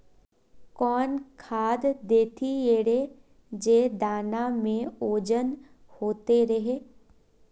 कौन खाद देथियेरे जे दाना में ओजन होते रेह?